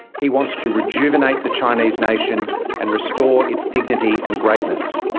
he wants to rejuvenate the chinese nation and restore its dignity and greatness.